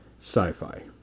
sci-fi